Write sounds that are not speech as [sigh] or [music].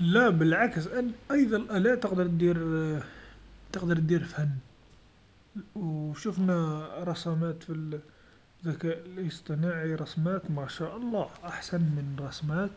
لا بالعكس أيضا الآلات تقدر دير [hesitation] تقدر دير في هاذ، و شوفنا [hesitation] رسمات بالذكاء الإصطناعي رسمات ما شاء الله أحسن من رسمات